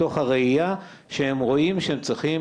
מתוך הראיה שהם רואים שהם צריכים,